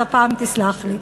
אז הפעם תסלח לי.